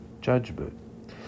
judgment